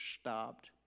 stopped